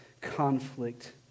conflict